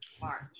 March